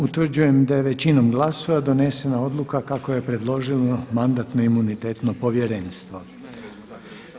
Utvrđujem da je većinom glasova donesena odluka kako je predložilo Mandatno-imunitetno povjerenstvo.